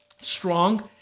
strong